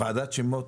ועדת שילוט